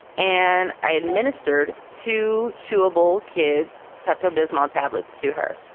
and i administered two chewable kids pepto-bismol tablets to her.